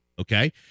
okay